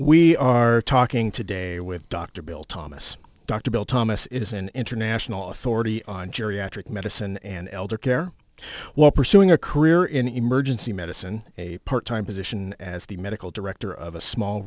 we are talking today with dr bill thomas dr bill thomas it is an international authority on geriatric medicine and elder care while pursuing a career in emergency medicine a part time position as the medical director of a small